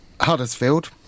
Huddersfield